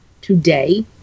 today